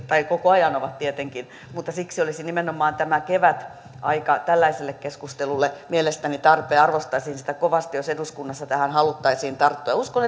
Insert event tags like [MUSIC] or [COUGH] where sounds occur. tai koko ajan ovat tietenkin mutta siksi olisi nimenomaan tämä kevätaika tällaiselle keskustelulle mielestäni tarpeen arvostaisin sitä kovasti jos eduskunnassa tähän haluttaisiin tarttua uskon [UNINTELLIGIBLE]